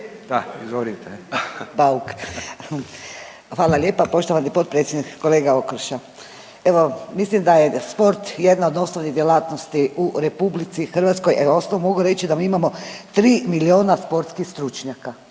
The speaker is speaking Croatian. Nadica (HDZ)** Hvala lijepa poštovani potpredsjednik. Kolega Okroša, evo mislim da je sport jedna od osnovnih djelatnosti u RH, evo uz to mogu reći da mi imamo 3 milijuna sportskih stručnjaka,